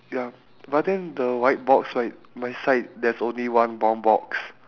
ya but I think the white box right my side there's only one brown box